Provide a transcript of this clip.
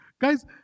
Guys